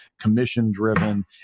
commission-driven